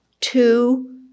two